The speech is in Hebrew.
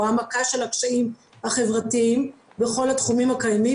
או המכה של הקשיים החברתיים בכל התחומים הקיימים,